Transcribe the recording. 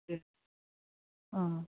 جی ہوں